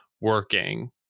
working